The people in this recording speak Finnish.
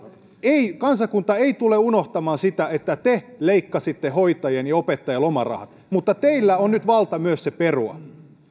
ei kansakunta ei tule unohtamaan sitä että te leikkasitte hoitajien ja opettajien lomarahat mutta teillä on nyt valta myös perua se